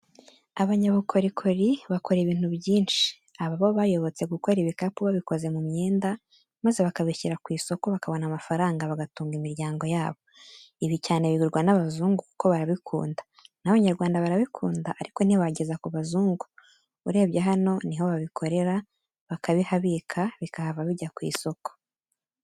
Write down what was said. Abanyabukorikori bakora ibintu byinshi, ababo bayobotse gukora ibikapu babikoze mu myenda maze bakabishyira ku isoko, bakabona amafaranga bagatunga imiryango yabo. Ibi cyane bigurwa n'abazungu kuko barabikunda n'Abanyarwanda barabikunda ariko ntibageza ku bazungu. Urebye hano ni ho babikorera, bakabihabika bikahava bijya ku isoko.